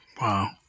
Wow